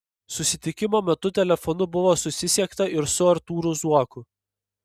susitikimo metu telefonu buvo susisiekta ir su artūru zuoku